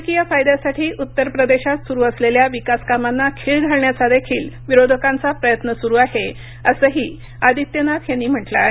राजकीय फायद्यासाठी उत्तरप्रदेशात सुरू असलेल्या विकासकामाना खीळ घालण्याचा देखील विरोधकांचा प्रयत्न सुरू आहे असंही आदित्यनाथ यांनी म्हटलं आहे